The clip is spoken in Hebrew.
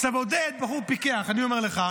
עכשיו עודד בחור פיקח, אני אומר לך.